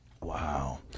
Wow